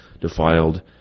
defiled